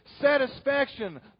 satisfaction